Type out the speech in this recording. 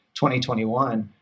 2021